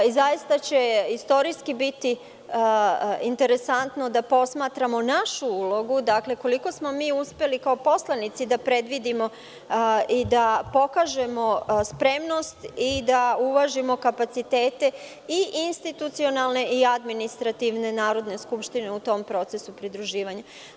Zaista će istorijski biti interesantno da posmatramo našu ulogu koliko smo mi uspeli kao poslanici da predvidimo i da pokažemo spremnost i da uvažimo kapaciteti i institucionalne i administrativne Narodne skupštine u procesu pridruživanja.